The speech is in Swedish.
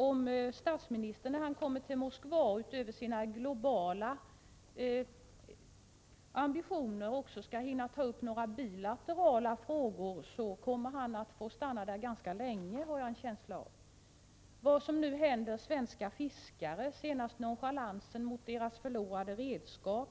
Om statsministern när han kommer till Moskva utöver sina globala ambitioner också skall hinna ta upp några bilaterala frågor, har jag en känsla av att han kommer att få stanna där ganska länge. Jag tänker exempelvis på vad som händer svenska fiskare, senast manifesterat genom nonchalans när det gäller deras förlorade redskap.